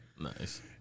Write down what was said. Nice